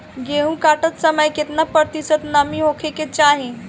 गेहूँ काटत समय केतना प्रतिशत नमी होखे के चाहीं?